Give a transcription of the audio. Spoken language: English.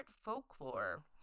folklore